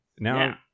Now